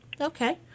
okay